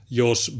jos